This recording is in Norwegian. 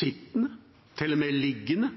sittende, til og med liggende.